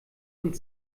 und